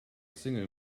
single